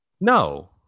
No